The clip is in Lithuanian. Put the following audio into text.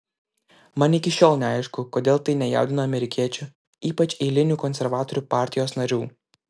man iki šiol neaišku kodėl tai nejaudina amerikiečių ypač eilinių konservatorių partijos narių